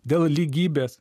dėl lygybės